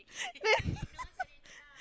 then